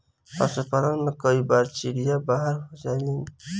पशुपालन में कई बार चिड़िया बाहर हो जालिन